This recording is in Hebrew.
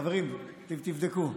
חברים, תבדקו.